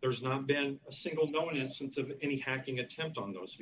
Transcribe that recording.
there's not been a single no one instance of any hacking attempt on those